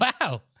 Wow